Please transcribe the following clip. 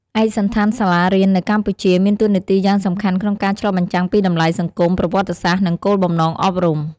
ឯកសណ្ឋានសាលារៀននៅកម្ពុជាមានតួនាទីយ៉ាងសំខាន់ក្នុងការឆ្លុះបញ្ចាំងពីតម្លៃសង្គម ប្រវត្តិសាស្ត្រ និងគោលបំណងអប់រំ។